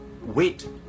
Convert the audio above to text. Wait